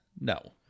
No